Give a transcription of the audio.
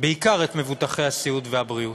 בעיקר את מבוטחי הסיעוד והבריאות.